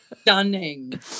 Stunning